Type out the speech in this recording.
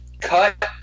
cut